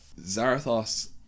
Zarathos